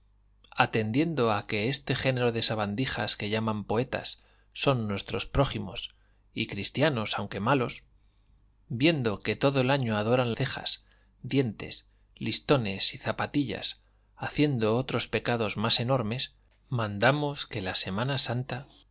atendiendo a que este género de sabandijas que llaman poetas son nuestros prójimos y cristianos aunque malos viendo que todo el año adoran cejas dientes listones y zapatillas haciendo otros pecados más enormes mandamos que la semana santa